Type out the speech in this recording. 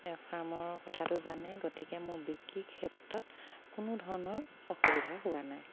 ফাৰ্মৰ কথাটো জানে গতিকে মোৰ বিক্ৰী ক্ষেত্ৰত কোনো ধৰণৰ অসুবিধা হোৱা নাই